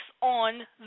on